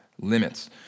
limits